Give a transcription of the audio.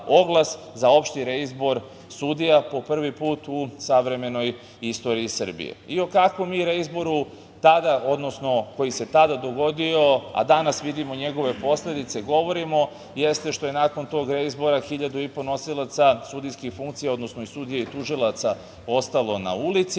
za opšti reizbor sudija po prvi put u savremenoj istoriji Srbije. O kakvom reizboru koji se tada dogodio, a danas vidimo njegove posledice, govorimo jeste što je nakon tog reizbora hiljadu i po nosilaca sudijskih funkcija, odnosno sudija i tužilaca ostalo na ulici,